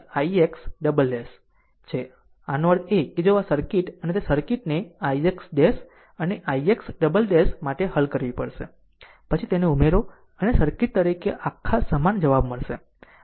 આમ આનો અર્થ એ કે આ સર્કિટ અને તે સર્કિટને ix 'અને ix' 'માટે હલ કરવી પડશે પછી તેને ઉમેરો અને સર્કિટ તરીકે આખા સમાન જવાબ મળશે